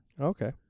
Okay